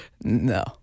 no